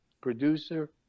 producer